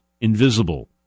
invisible